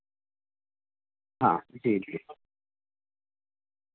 ہاں جی جی